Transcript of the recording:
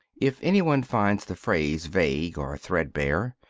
if any one finds the phrase vague or threadbare,